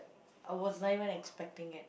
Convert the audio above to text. I was not even expecting it